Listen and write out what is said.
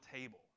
table